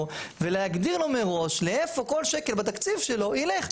ולהגדיר לו מראש לאיפה כל שקל בתקציב שלו יילך.